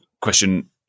question